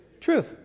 Truth